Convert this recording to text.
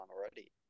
already